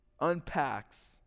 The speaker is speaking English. unpacks